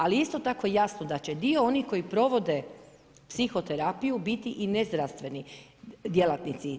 Ali isto tako jasno da će dio onih koji provode psihoterapiju biti i nezdravstveni djelatnici.